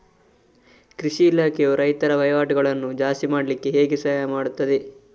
ಕೃಷಿ ಇಲಾಖೆಯು ರೈತರ ವಹಿವಾಟುಗಳನ್ನು ಜಾಸ್ತಿ ಮಾಡ್ಲಿಕ್ಕೆ ಹೇಗೆ ಸಹಾಯ ಮಾಡ್ತದೆ?